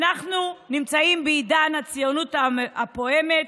אנחנו נמצאים בעידן הציונות הפועמת.